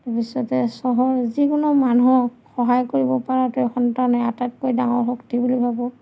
তাৰপিছতে চহৰ যিকোনো মানুহক সহায় কৰিব পৰাটোৱে সন্তানে আটাইতকৈ ডাঙৰ শক্তি বুলি ভাবোঁ